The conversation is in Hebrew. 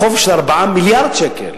לחוב של 4 מיליארד שקל.